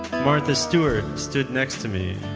martha stewart stood next to me.